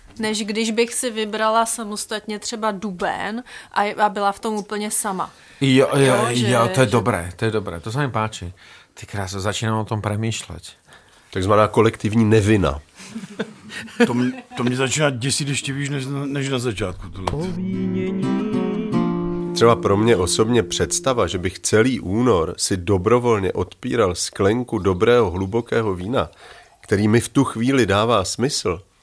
než když bych si vybrala samostatně třeba duben a- a byla v tom úplně sama. Jo, jo, Jo, jo, že- to je dobré, to je dobré, to se mi páči. Ty krása, začínám o tom přemýšlet. Takzvaná kolektivní nevina. To mě- to mě začíná děsit ještě víš, než- než na začátku tohle. Třeba pro mě osobně představa, že bych celý únor si dobrovolně odpíral sklenku dobrého, hlubokého vína, který mi v tu chvíli dává smysl,